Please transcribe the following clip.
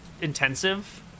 intensive